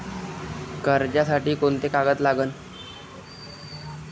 कर्जसाठी कोंते कागद लागन?